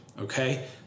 okay